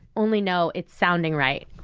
only know it's sounding right.